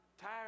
Tired